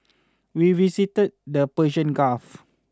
we visited the Persian Gulf